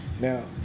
Now